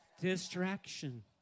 Distraction